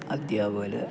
അധ്യാപകർ